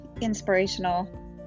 inspirational